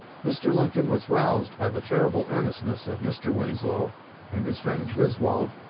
mr. lincoln was roused by the terrible earnestness of mr. winslow and his friend griswold,